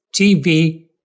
TV